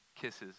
kisses